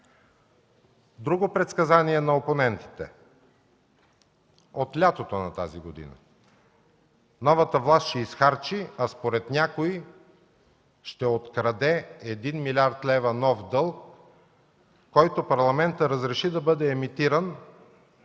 Друго предсказание на опонентите от лятото на тази година – новата власт ще изхарчи, а според някои ще открадне 1 млрд. лв. нов дълг, който Парламентът разреши да бъде емитиран,